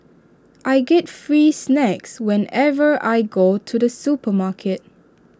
I get free snacks whenever I go to the supermarket